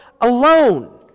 alone